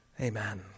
Amen